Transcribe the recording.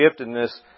giftedness